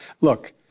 look